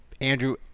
Andrew